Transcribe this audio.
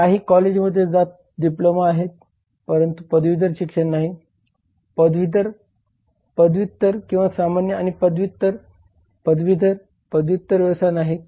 काही कॉलेजमध्ये ज्यात डिप्लोमा आहे परंतु पदवीधर शिक्षण नाही पदवीधर पदव्युत्तर किंवा सामान्य आणि पदव्युत्तर पदवीधर पदव्युत्तर व्यवसाय नाही